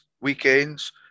weekends